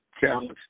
challenge